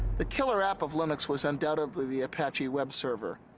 the killer app of linux was undoubtedly the apache web server.